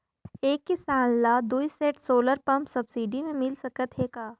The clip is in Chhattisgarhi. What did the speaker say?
एक किसान ल दुई सेट सोलर पम्प सब्सिडी मे मिल सकत हे का?